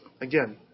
Again